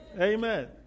Amen